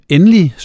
Endelig